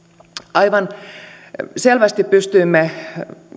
aivan selvästi pystyimme